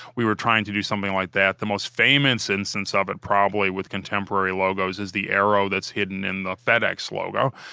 we were trying to do something like that the most famous instance of it probably with contemporary logos is the arrow that's hidden in the fedex logo.